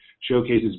showcases